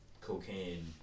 cocaine